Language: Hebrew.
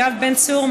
יואב בן צור,